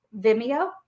Vimeo